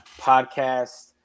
Podcast